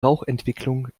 rauchentwicklung